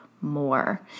more